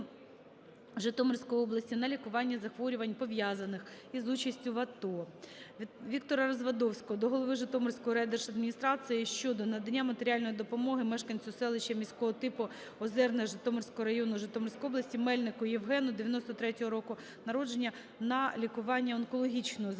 Житомирської області, на лікування захворювань пов'язаних із участю в АТО. Віктора Развадовського до голови Житомирської райдержадміністрації щодо надання матеріальної допомоги мешканцю селища міського типу Озерне Житомирського району, Житомирської області Мельнику Євгену, 93-го року народження, на лікування онкологічного захворювання.